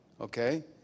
Okay